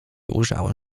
ujrzałem